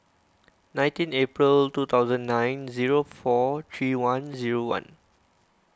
nineteen April two thousand nine zero four three one zero one